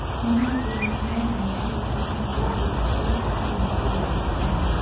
នោះហើយជាមូលហេតុដែលអ្នករៀបចំផែនការអាពាហ៍ពិពាហ៍ដើរតួនាទីយ៉ាងសំខាន់។